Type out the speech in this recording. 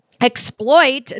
exploit